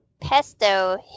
Pesto